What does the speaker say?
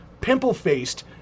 pimple-faced